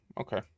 okay